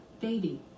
Baby